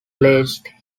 placed